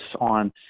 on